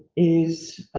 is, but